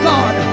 God